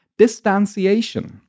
distanciation